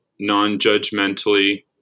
non-judgmentally